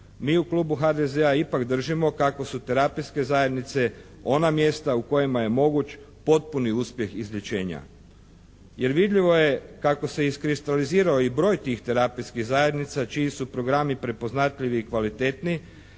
mi u klubu HDZ-a ipak držimo kako su terapijske zajednice ona mjesta u kojima je moguć potpuni uspjeh izlječenja. Jer vidljivo je kako se iskristalizirao i broj tih terapijskih zajednica čiji su programi prepoznatljivi i kvalitetni